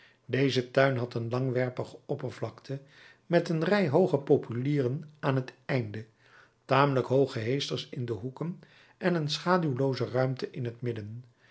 deze tuin had een langwerpige oppervlakte met een rij hooge populieren aan het einde tamelijk hooge heesters in de hoeken en een schaduwlooze ruimte in het midden